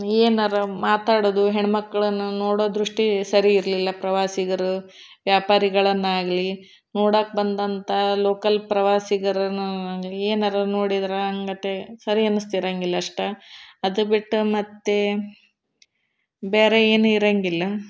ಏನಾರೂ ಮಾತಾಡೋದು ಹೆಣ್ಮಕ್ಳನ್ನು ನೋಡೋ ದೃಷ್ಟಿ ಸರಿ ಇರಲಿಲ್ಲ ಪ್ರವಾಸಿಗರು ವ್ಯಾಪಾರಿಗಳನ್ನಾಗಲಿ ನೋಡಕ್ಕೆ ಬಂದಂಥ ಲೋಕಲ್ ಪ್ರವಾಸಿಗರನು ಏನಾರೂ ನೋಡಿದ್ರೆ ಹಂಗತೆ ಸರಿ ಅನ್ನಿಸ್ತಿರಂಗಿಲ್ಲ ಅಷ್ಟು ಅದು ಬಿಟ್ಟು ಮತ್ತೆ ಬೇರೆ ಏನೂ ಇರಂಗಿಲ್ಲ